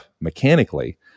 mechanically